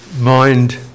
mind